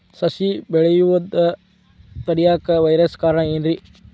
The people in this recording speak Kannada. ಸಸಿ ಬೆಳೆಯುದ ತಡಿಯಾಕ ವೈರಸ್ ಕಾರಣ ಏನ್ರಿ?